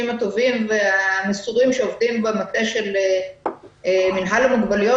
הטובים והמסורים שעובדים במטה של מינהל המוגבלויות,